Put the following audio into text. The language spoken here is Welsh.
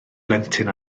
blentyn